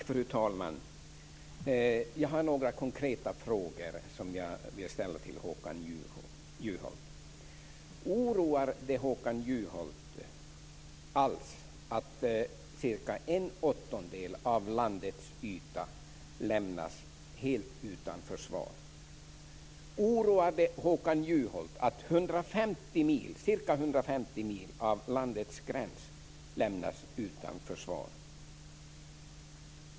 Fru talman! Jag har några konkreta frågor som jag vill ställa till Håkan Juholt. Oroar det Håkan Juholt alls att cirka en åttondel av landets yta lämnas helt utan försvar? Oroar det Håkan Juholt att ca 150 mil av landets gräns lämnas utan försvar?